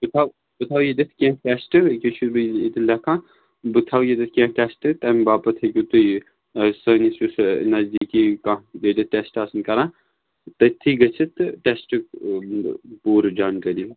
ژٕ تھاو ژٕ تھاو ییٚتٮ۪تھ کیٚنٛہہ ٹٮ۪سٹ ییٚکیٛاہ ییٚتٮ۪ن لٮ۪کھان بہٕ تھاوٕ ییٚتٮ۪تھ کیٚنٛہہ ٹٮ۪سٹ تَمہِ باپَتھ ہیٚکِو تُہۍ یہِ سٲنِس یُس نزدیٖکی کانٛہہ ییٚتٮ۪تھ ٹٮ۪سٹ آسَن کَران تٔتھی گٔژھِتھ تہٕ ٹٮ۪سٹ پوٗرٕ جانکٲری